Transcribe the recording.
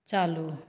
चालू